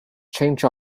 change